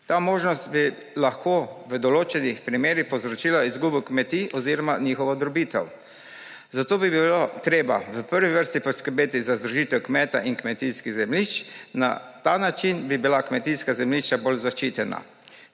Ta možnost bi lahko v določenih primerih povzročila izgubo kmetij oziroma njihovo drobitev, zato bi bilo treba v prvi vrsti poskrbeti za združitev kmeta in kmetijskih zemljišč. Na ta način bi bila kmetijska zemljišča bolj zaščitena.